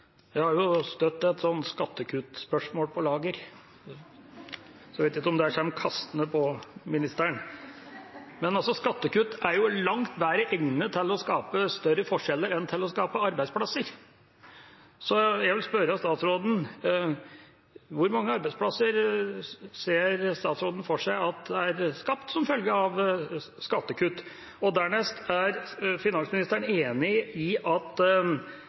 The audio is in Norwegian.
Jeg har jo støtt et skattekuttspørsmål på lager – jeg vet ikke om det kommer kastende på ministeren. Skattekutt er langt bedre egnet til å skape større forskjeller enn til å skape arbeidsplasser, så jeg vil spørre statsråden: Hvor mange arbeidsplasser ser statsråden for seg at er skapt som følge av skattekutt, og er finansministeren enig i at kronekursfallet er langt viktigere for norske bedrifter enn skattekutt? Det er en ærlig sak at